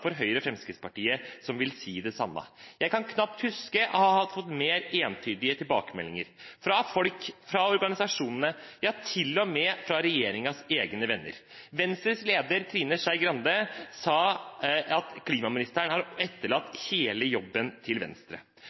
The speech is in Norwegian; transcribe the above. Høyre og Fremskrittspartiet som vil si det samme. Jeg kan knapt huske å ha fått mer entydige tilbakemeldinger fra folk, fra organisasjonene – ja, til og med fra regjeringens egne venner. Venstres leder Trine Skei Grande sa at klimaministeren har etterlatt hele jobben til Venstre.